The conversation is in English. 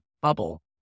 bubble